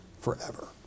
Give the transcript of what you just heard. forever